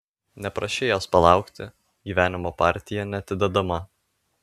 neprašei jos palaukti gyvenimo partija neatidedama